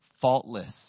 faultless